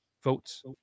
Votes